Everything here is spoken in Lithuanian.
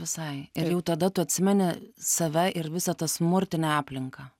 visai ir jau tada tu atsimeni save ir visą tą smurtinę aplinką